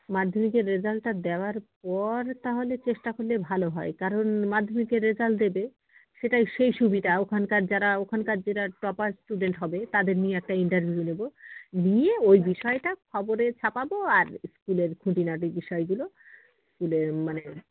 মাধ্যমিকের রেজাল্টটা দেওয়ার পর তাহলে চেষ্টা করলে ভালো হয় কারণ মাধ্যমিকের রেজাল্ট দেবে সেটাই সেই সুবিধা ওখানকার যারা ওখানকার যারা টপার স্টুডেন্ট হবে তাদের নিয়ে একটা ইন্টারভিউ নেবো নিয়ে ওই বিষয়টা খবরে ছাপাব আর স্কুলের খুঁটিনাটি বিষয়গুলো স্কুলে মানে